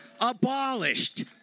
abolished